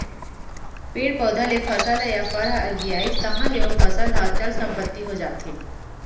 पेड़ पउधा ले फसल ह या फर ह अलगियाइस तहाँ ले ओ फसल ह चल संपत्ति हो जाथे